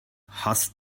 hast